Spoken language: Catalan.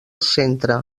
centre